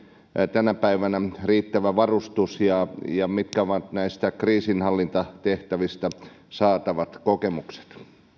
tänä päivänä riittävä varustus ja ja mitkä ovat näistä kriisinhallintatehtävistä saatavat kokemukset